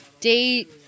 date